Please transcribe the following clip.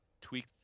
tweak